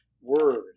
word